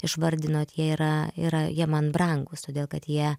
išvardinot jie yra yra jie man brangūs todėl kad jie